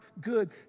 good